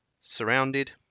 Surrounded